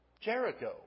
Jericho